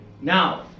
Now